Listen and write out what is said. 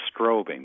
strobing